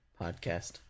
podcast